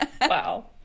wow